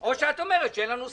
או שאת אומרת שאין לנו סמכות,